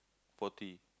forty